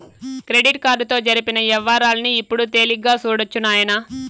credit కార్డుతో జరిపిన యవ్వారాల్ని ఇప్పుడు తేలిగ్గా సూడొచ్చు నాయనా